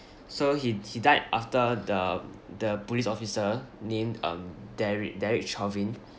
so he he died after the the police officer named um derek derek chauvin